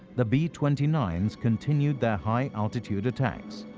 the b twenty nine s continued their high-altitude attacks.